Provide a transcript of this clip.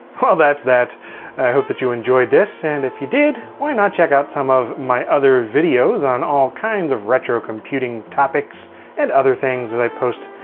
well, that's that. i hope that you enjoyed this and if you did, why not check out some of my other videos on all kinds of retro computing topics and other things that i post.